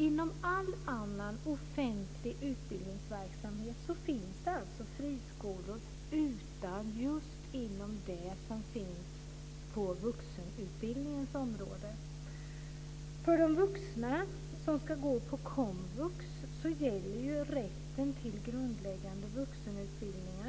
Inom all annan offentlig utbildningsverksamhet finns friskolor utom just på vuxenutbildningens område. För de vuxna som ska gå på komvux gäller rätten till grundläggande vuxenutbildning.